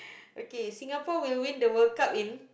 okay Singapore will win the World Cup in